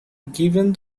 given